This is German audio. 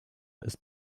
ist